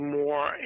more